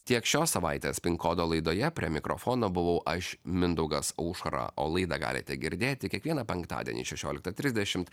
tiek šios savaitės pin kodo laidoje prie mikrofono buvau aš mindaugas aušra o laidą galite girdėti kiekvieną penktadienį šešioliktą trisdešimt